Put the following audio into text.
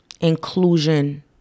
inclusion